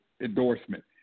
endorsement